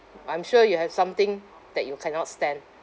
I'm sure you have something that you cannot stand